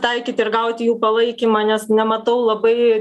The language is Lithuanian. taikyti ir gauti jų palaikymą nes nematau labai